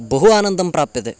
बहु आनन्दः प्राप्यते